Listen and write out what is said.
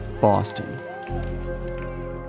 Boston